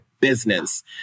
business